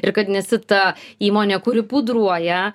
ir kad nesi ta įmonė kuri pudruoja